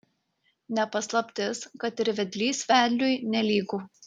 ne paslaptis kad ir vedlys vedliui nelygu